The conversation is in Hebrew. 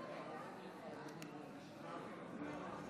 כמה חברי